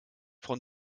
von